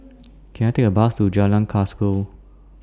Can I Take A Bus to Jalan Kasau